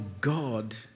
God